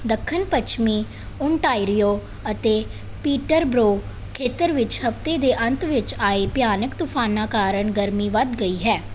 ਦੱਖਣ ਪੱਛਮੀ ਓਨਟਾਰੀਓ ਅਤੇ ਪੀਟਰਬਰੋ ਖੇਤਰ ਵਿੱਚ ਹਫ਼ਤੇ ਦੇ ਅੰਤ ਵਿੱਚ ਆਏ ਭਿਆਨਕ ਤੂਫਾਨਾਂ ਕਾਰਨ ਗਰਮੀ ਵੱਧ ਗਈ ਹੈ